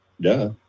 Duh